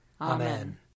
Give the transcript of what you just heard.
Amen